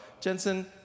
Jensen